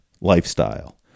lifestyle